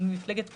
מפלגת כולנו.